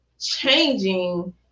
changing